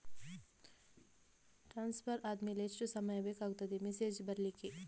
Transfer ಆದ್ಮೇಲೆ ಎಷ್ಟು ಸಮಯ ಬೇಕಾಗುತ್ತದೆ ಮೆಸೇಜ್ ಬರ್ಲಿಕ್ಕೆ?